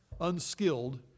unskilled